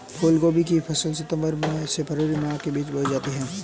फूलगोभी की फसल सितंबर से फरवरी माह के बीच में बोई जाती है